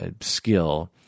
skill